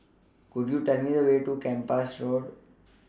Could YOU Tell Me The Way to Kempas Road